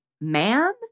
man